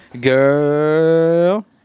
Girl